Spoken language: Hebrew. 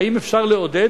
האם אפשר לעודד?